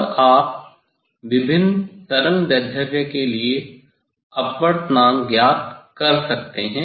तब आप विभिन्न तरंगदैर्ध्य के लिए अपवर्तनांक ज्ञात कर सकते हैं